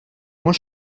moins